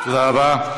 תודה רבה.